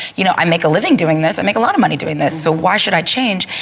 you know i make a living doing this, i make a lot of money doing this so why should i change.